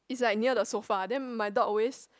is like near the sofa then my dog always